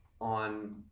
on